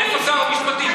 איפה שר המשפטים?